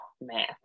Math